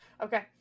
Okay